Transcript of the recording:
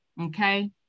okay